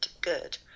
good